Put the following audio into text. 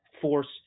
force